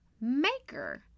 Maker